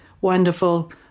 wonderful